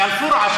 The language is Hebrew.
ועל חורה,